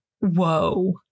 whoa